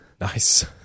Nice